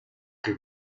che